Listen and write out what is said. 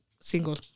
single